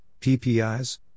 PPIs